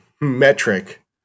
metric